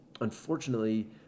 unfortunately